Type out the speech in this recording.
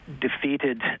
defeated